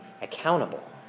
accountable